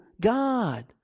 god